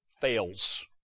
fails